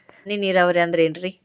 ಹನಿ ನೇರಾವರಿ ಅಂದ್ರೇನ್ರೇ?